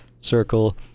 circle